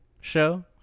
show